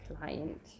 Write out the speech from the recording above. client